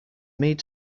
made